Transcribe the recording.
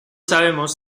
sabemos